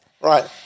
Right